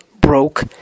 broke